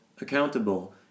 accountable